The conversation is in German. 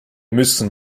müssen